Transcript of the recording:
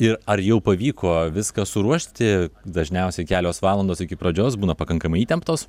ir ar jau pavyko viską suruošti dažniausiai kelios valandos iki pradžios būna pakankamai įtemptos